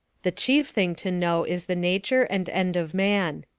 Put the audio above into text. the chief thing to know is the nature and end of man.